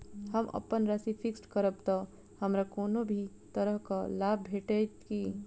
हम अप्पन राशि फिक्स्ड करब तऽ हमरा कोनो भी तरहक लाभ भेटत की?